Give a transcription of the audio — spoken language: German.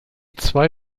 zwei